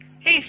Hey